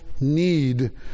need